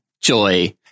Joy